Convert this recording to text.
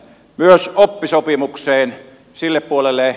myös oppisopimukseen sille puolelle